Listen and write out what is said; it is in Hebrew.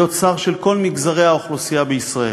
להיות שר של כל מגזרי האוכלוסייה בישראל,